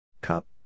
Cup